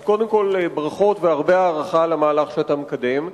אז קודם כול ברכות והערכה על המהלך שאתה מקדם.